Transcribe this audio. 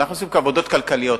אנחנו עושים עבודות כלכליות.